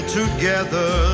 together